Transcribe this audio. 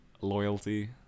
loyalty